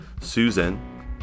Susan